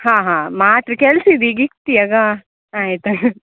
ಹಾಂ ಹಾಂ ಮಾತ್ರ ಕೆಲಸ ಇದು ಈಗ್ ಇಡ್ತಿ ಅಗಾ ಆಯ್ತು ಆಯ್ತ್